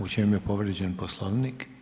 U čemu je povrijeđen Poslovnik?